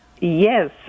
Yes